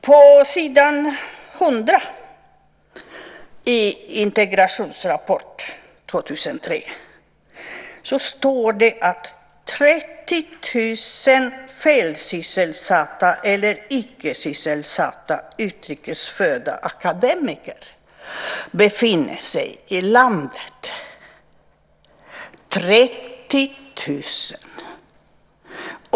På s. 100 i Integrationsrapport 2003 står det att 30 000 felsysselsatta eller icke-sysselsatta utrikesfödda akademiker befinner sig i landet - 30 000!